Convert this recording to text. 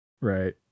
Right